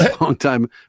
longtime